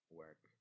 work